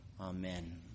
Amen